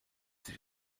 sich